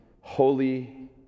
holy